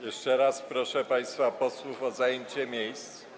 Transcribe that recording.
Jeszcze raz proszę państwa posłów o zajęcie miejsc.